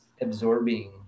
absorbing